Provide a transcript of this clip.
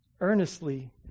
Earnestly